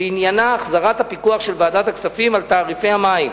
שעניינה החזרת הפיקוח של ועדת הכספים על תעריפי המים,